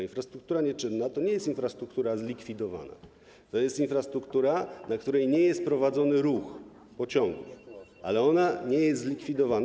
Infrastruktura nieczynna to nie jest infrastruktura zlikwidowana, to jest infrastruktura, dla której nie jest prowadzony ruch pociągów, ale ona nie jest zlikwidowana.